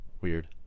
weird